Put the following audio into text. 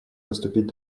поступить